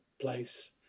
place